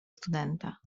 studenta